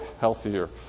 healthier